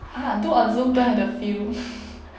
ah do a zoom plant at the field